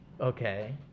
Okay